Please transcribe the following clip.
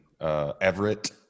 Everett